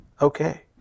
Okay